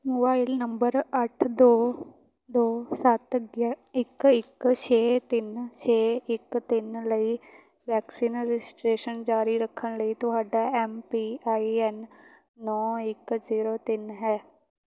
mobile number ਅੱਠ ਦੋ ਦੋ ਸੱਤ ਗਿ ਇੱਕ ਇੱਕ ਛੇ ਤਿੰਨ ਛੇ ਇੱਕ ਤਿੰਨ ਲਈ ਵੈਕਸੀਨ ਰਜਿਸਟ੍ਰੇਸ਼ਨ ਜਾਰੀ ਰੱਖਣ ਲਈ ਤੁਹਾਡਾ ਐੱਮ ਪੀ ਆਈ ਐੱਨ ਨੌ ਇੱਕ ਜ਼ੀਰੋ ਤਿੰਨ ਹੈ